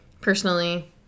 Personally